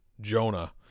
Jonah